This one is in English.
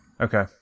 Okay